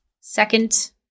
second